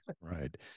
right